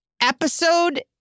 episode